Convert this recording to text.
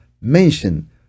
mention